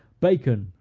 bacon,